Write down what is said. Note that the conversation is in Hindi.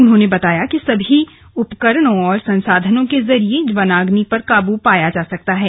उन्होंने बताया कि सही उपकरणों और संसाधनों के जरिए वनाग्नि पर काबू पाया जा सकता है